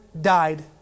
died